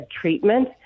treatment